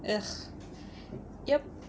ya yup